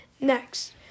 Next